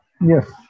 Yes